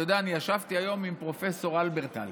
אתה יודע, אני ישבתי היום עם פרופ' הלברטל